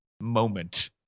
moment